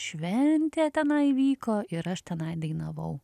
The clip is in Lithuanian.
šventė tenai vyko ir aš tenai dainavau